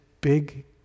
big